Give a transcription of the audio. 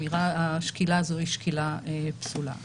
השקילה הזו היא שקילה פסולה.